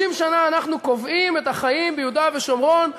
50 שנה אנחנו קובעים את החיים ביהודה ושומרון,